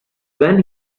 when